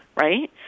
right